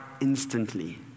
instantly